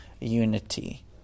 unity